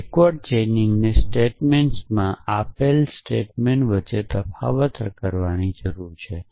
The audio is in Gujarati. પાછલા ચેઇનને સ્ટેટમેન્ટ્સમાં રહેલા સ્ટેટમેન્ટ વચ્ચે તફાવત કરવાની જરૂર છે